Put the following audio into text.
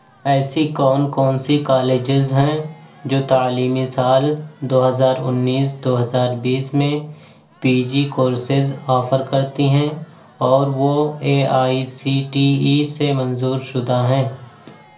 ایسی کون کون سی کالجز ہیں جو تعلیمی سال دو ہزار انیس دو ہزار بیس میں پی جی کورسز آفر کرتی ہیں اور وہ A I C T E سے منظور شدہ ہیں